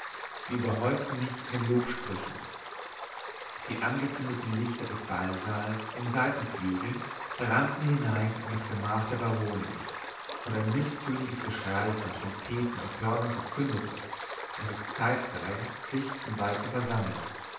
sie überhäuften mich mit lobsprüchen die angezündeten lichter des ballsaals im seitenflügel brannten hinein in das gemach der baronin und ein mißtöniges geschrei von trompeten und hörnern verkündete daß es zeit sei sich zum ball zu versammeln